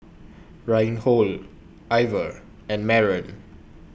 Reinhold Iver and Maren